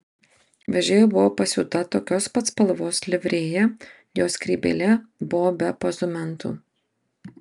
vežėjui buvo pasiūta tokios pat spalvos livrėja jo skrybėlė buvo be pozumentų